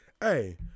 hey